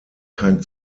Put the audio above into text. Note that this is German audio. kein